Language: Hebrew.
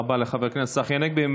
תודה רבה לחבר הכנסת צחי הנגבי.